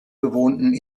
bewohnten